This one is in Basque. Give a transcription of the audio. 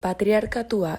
patriarkatua